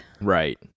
Right